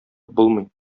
булмый